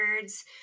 birds